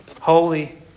Holy